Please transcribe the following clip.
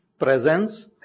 presence